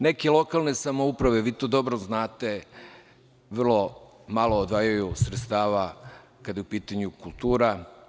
Neke lokalne samouprave, i vi to dobro znate, vrlo malo odvajaju sredstava kada je u pitanju kultura.